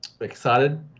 Excited